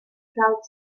cloud